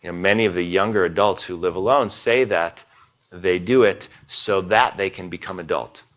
and many of the younger adults who live alone say that they do it so that they can become adult.